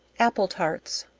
apple tarts.